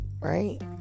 Right